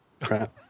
Crap